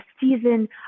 season